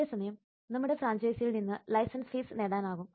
അതേസമയം നമ്മുടെ ഫ്രാഞ്ചൈസിയിൽ നിന്ന് ലൈസൻസ് ഫീസ് നേടാനാകും